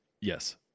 Yes